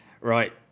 Right